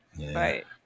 Right